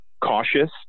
cautious